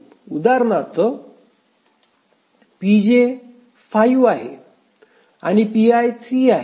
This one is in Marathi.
उदाहरणार्थ pj 5 आहे आणि pi 3 आहे